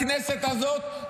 הכנסת הזאת.